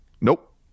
Nope